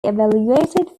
evaluated